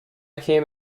came